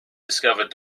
discovered